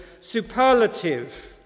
superlative